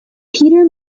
peter